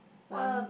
one